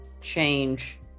change